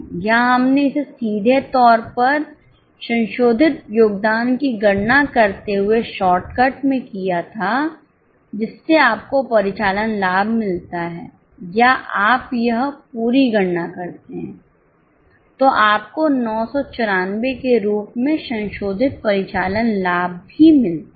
यहाँ हमने इसे सीधे तौर पर संशोधित योगदान की गणना करते हुए शॉर्टकट में किया था जिससे आपको परिचालन लाभ मिलता है या आप यह पूरी गणना करते हैं तो आपको 994 के रूप में संशोधित परिचालन लाभ भी मिलता है